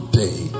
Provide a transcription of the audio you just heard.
day